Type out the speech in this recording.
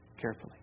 carefully